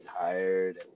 tired